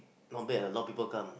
not bad a lot of people come